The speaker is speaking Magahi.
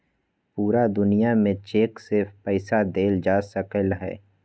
पूरा दुनिया में चेक से पईसा देल जा सकलई ह